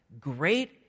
great